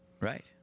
right